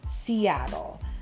Seattle